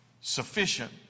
sufficient